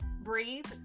Breathe